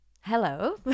hello